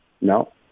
no